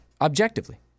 objectively